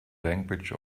language